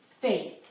faith